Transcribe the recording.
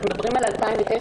אנחנו מדברים על 2009,